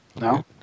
No